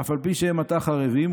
אף על פי שהן עתה חרבין,